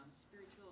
Spiritual